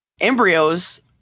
Embryos